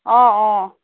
অঁ অঁ